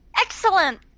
Excellent